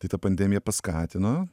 tai ta pandemija paskatino